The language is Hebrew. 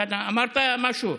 כהנא, אמרת משהו?